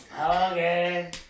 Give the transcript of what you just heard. Okay